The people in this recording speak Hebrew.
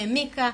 העמיקה,